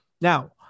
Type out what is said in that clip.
Now